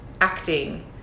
acting